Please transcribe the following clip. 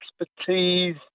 expertise